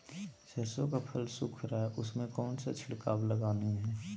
सरसो का फल सुख रहा है उसमें कौन सा छिड़काव लगानी है?